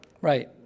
right